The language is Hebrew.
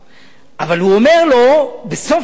אבל הוא אומר לו בסוף הוויכוח,